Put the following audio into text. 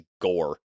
gore